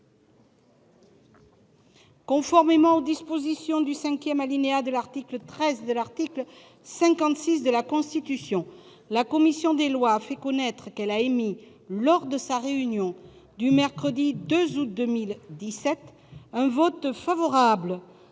Conformément aux dispositions du cinquième alinéa de l'article 13 et de l'article 56 de la Constitution, la commission des lois a fait connaître qu'elle avait émis, lors de sa réunion du mercredi 2 août 2017, un vote favorable-